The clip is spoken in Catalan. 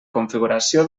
configuració